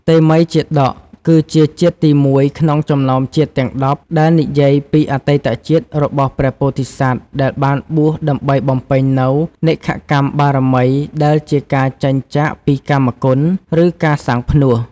តេមិយជាតក គឺជាជាតិទីមួយក្នុងចំណោមជាតិទាំង ១០ ដែលនិយាយពីអតីតជាតិរបស់ព្រះពោធិសត្វដែលបានបួស ដើម្បីបំពេញនូវ នេក្ខម្មបារមី ដែលជា ការចេញចាកពីកាមគុណ ឬការសាងផ្នួស។